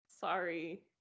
Sorry